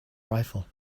rifle